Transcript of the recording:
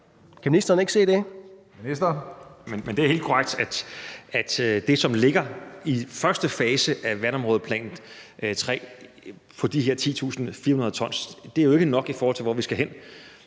det, som ligger i første fase af vandområdeplan 3, med de her 10.400 t, jo ikke er nok, i forhold til hvor vi skal hen.